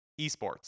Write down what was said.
eSports